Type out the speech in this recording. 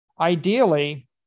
Ideally